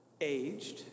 aged